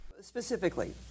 Specifically